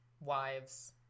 wives